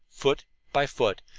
foot by foot,